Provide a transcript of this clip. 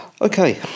Okay